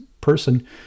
person